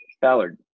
Ballard